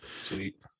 sweet